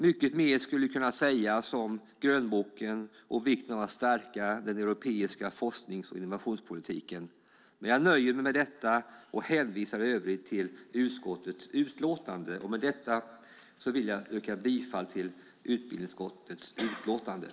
Mycket mer skulle kunna sägas om grönboken och vikten av att stärka den europeiska forsknings och innovationspolitiken, men jag nöjer mig med detta och hänvisar i övrigt till utskottets utlåtande. Med detta yrkar jag bifall till utbildningsutskottets förslag i utlåtandet.